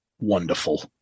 Wonderful